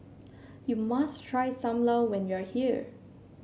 you must try Sam Lau when you are here